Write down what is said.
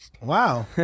wow